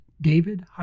David